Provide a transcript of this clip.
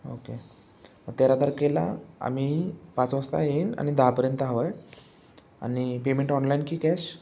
okay मग तेरा तारखेला आम्ही पाच वाजता येईन आणि दहापर्यंत हवं आहे आणि पेमेंट ऑनलाईन की कॅश